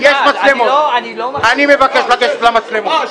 6. אני מבקש לגשת למצלמות.